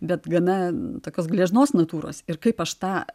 bet gana tokios gležnos natūros ir kaip aš tą